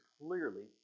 clearly